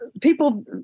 people